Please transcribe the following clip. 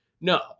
No